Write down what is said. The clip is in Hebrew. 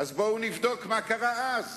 אז בואו נבדוק מה קרה אז: